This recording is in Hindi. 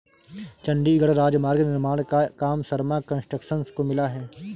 चंडीगढ़ राजमार्ग निर्माण का काम शर्मा कंस्ट्रक्शंस को मिला है